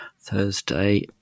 thursday